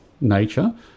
nature